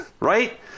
Right